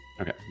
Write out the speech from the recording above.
Okay